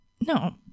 No